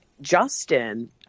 Justin